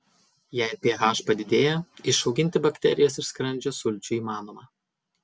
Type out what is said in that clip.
jei ph padidėja išauginti bakterijas iš skrandžio sulčių įmanoma